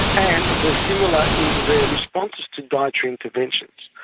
and they are similar in their response to dietary interventions.